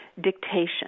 dictation